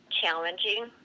challenging